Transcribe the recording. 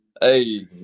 Hey